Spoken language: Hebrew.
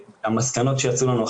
המסקנות שיצאו לנו,